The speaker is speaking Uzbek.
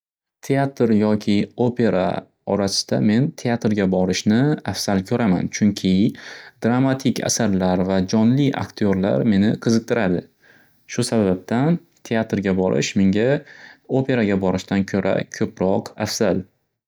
Teatr yoki opera orasida men teatrga borishni afzal koʻraman. Chunki dramatik asarlar va jonli aktyorlar meni qiziqtiradi. Shu sababdan teatrga borish menga operaga borishdan ko'ra ko'proq afzal.